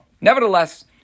Nevertheless